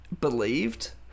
believed